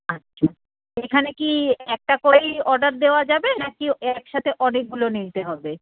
আচ্ছা এখানে কি একটা করেই অর্ডার দেওয়া যাবে নাকি একসাথে অনেকগুলো নিতে হবে